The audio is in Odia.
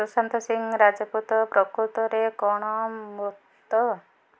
ସୁଶାନ୍ତ ସିଂ ରାଜପୁତ ପ୍ରକୃତରେ କ'ଣ ମୃତ